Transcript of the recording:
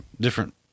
different